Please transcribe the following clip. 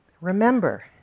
remember